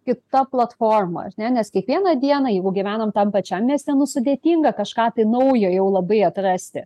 kita platforma ar ne nes kiekvieną dieną jeigu gyvenam tam pačiam mieste sudėtinga kažką tai naujo jau labai atrasti